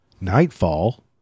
Nightfall